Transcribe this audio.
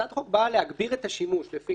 הצעת החוק באה להגביר את השימוש לפי